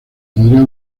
podría